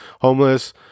homeless